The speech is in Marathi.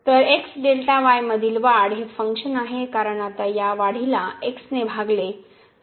तर मधील वाढ ही फंक्शन आहे कारण आता या वाढीला x ने भागले आहे